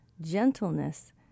gentleness